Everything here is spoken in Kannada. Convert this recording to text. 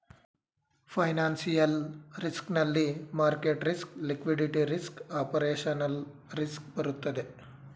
ಫೈನಾನ್ಸಿಯಲ್ ರಿಸ್ಕ್ ನಲ್ಲಿ market risk, liquidity risk, operational risk ಬರುತ್ತದೆ